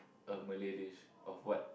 a Malay dish of what